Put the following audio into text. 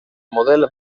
model